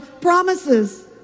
promises